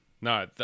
No